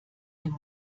dem